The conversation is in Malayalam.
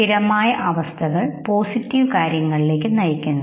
സ്ഥിരമായ അവസ്ഥകൾ പോസിറ്റീവ് വികാരങ്ങളിലേക്ക് നയിക്കുന്നു